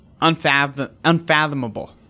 Unfathomable